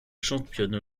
championne